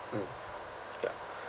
mm ya